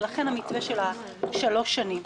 ולכן נקבע המתווה של שלוש שנים.